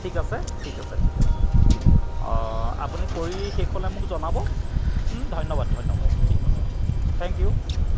ঠিক আছে ঠিক আছে ঠিক আছে অঁ আপুনি কৰি শেষ হ'লে মোক জনাব ধন্যবাদ ধন্যবাদ ঠিক আছে দিয়ক থেংক ইউ